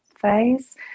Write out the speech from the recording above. phase